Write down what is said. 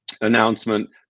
announcement